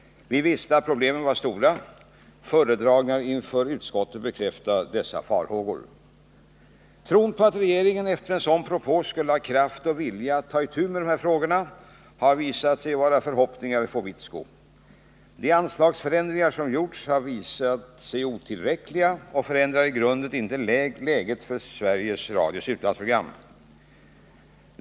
Vi visste att problemen var stora. Föredragningar inför utskottet bekräftade också våra farhågor. Tron på att regeringen efter en sådan propå skulle ha kraft och vilja att ta itu med dessa frågor har visat sig vara förhoppningar i fåvitsko. De anslagsförändringar som gjorts har visat sig otillräckliga och förändrar i grunden inte läget för Sveriges Radios utlandsprogram.